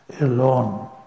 alone